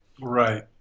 Right